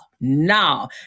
no